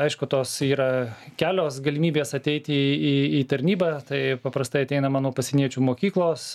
aišku tos yra kelios galimybės ateiti į į į tarnybą tai paprastai ateina mano pasieniečių mokyklos